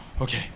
okay